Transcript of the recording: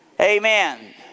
Amen